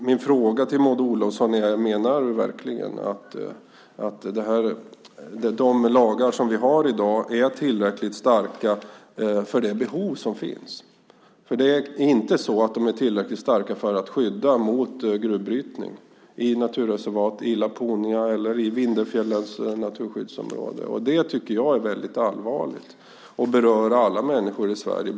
Min fråga till Maud Olofsson är: Menar du verkligen att de lagar som vi har i dag är tillräckligt starka för de behov som finns? De är inte tillräckligt starka för att skydda mot gruvbrytning i naturreservat, i Laponia eller i Vindelfjällens naturskyddsområde. Det tycker jag är allvarligt. Det berör alla människor i Sverige.